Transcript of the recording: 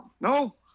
No